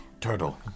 Turtle